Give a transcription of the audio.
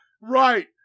right